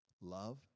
Love